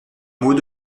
mots